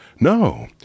No